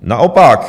Naopak.